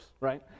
right